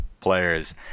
players